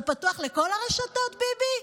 זה פתוח לכל הרשתות, ביבי?